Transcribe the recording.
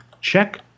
check